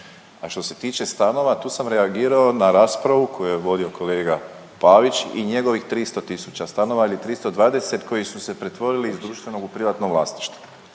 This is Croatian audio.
a što se tiče stanova, tu sam reagira na raspravu koju je vodio kolega Pavić i njegovih 300 tisuća stanova ili 320 koji su se pretvorili iz društvenog u privatno vlasništvo.